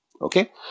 okay